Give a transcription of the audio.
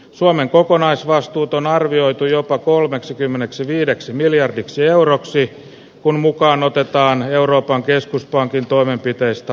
suomen kokonaisvastuut on arvioitu jopa kolmeksikymmeneksiviideksi miljardiksi euroksi kun mukaan otetaan euroopan keskuspankin toimenpiteistä